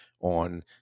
on